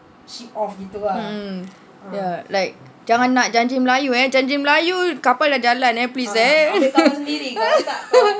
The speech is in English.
mm mm ya like jangan nak janji melayu eh janji melayu kapal dah jalan eh please eh